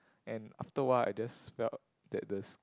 and after a while I just felt that the